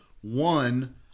One